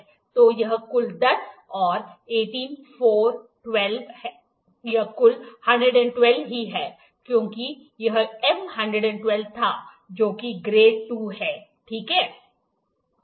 तो यह कुल १० और १८ ४ १२ है यह कुल ११२ ही है क्योंकि यह एम ११२ था जो कि ग्रेड II है ठीक है